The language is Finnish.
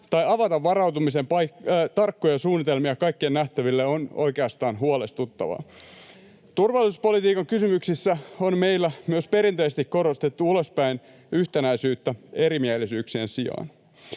ja avata varautumisen tarkkoja suunnitelmia kaikkien nähtäville on oikeastaan huolestuttavaa. Turvallisuuspolitiikan kysymyksissä on meillä myös perinteisesti korostettu ulospäin yhtenäisyyttä erimielisyyksien sijaan.